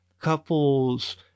couples